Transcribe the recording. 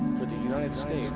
for the united states